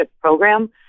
program